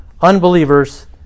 unbelievers